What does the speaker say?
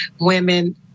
women